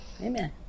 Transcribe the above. Amen